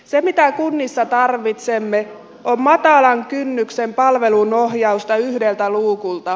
se mitä kunnissa tarvitsemme on matalan kynnyksen palveluun ohjausta yhdeltä luukulta